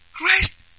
Christ